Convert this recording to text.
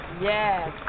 Yes